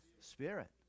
Spirit